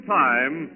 time